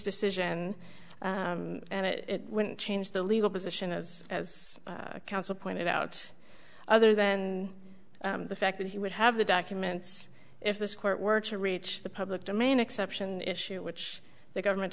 decision and it wouldn't change the legal position as counsel pointed out other than the fact that he would have the documents if this court were to reach the public demand exception issue which the government